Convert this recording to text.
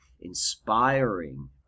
inspiring